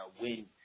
win